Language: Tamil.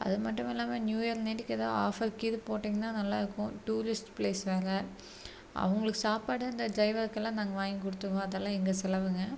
அது மட்டுமில்லாம நியூஇயருங்காட்டிக்கு ஏதாவது ஆஃபர் ஏதும் போட்டிங்கன்னா நல்லா இருக்கும் டூரிஸ்ட் பிளேஸ் வேற அவங்களுக்கு சாப்பாடு அந்த டிரைவருக்கெல்லாம் நாங்க வாங்கி கொடுத்துருவோம் அதெல்லாம் எங்க செலவுங்க